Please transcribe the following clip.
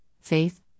faith